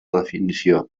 definició